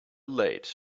late